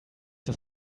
das